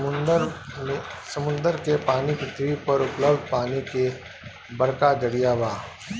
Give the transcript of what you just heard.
समुंदर के पानी पृथ्वी पर उपलब्ध पानी के बड़का जरिया बा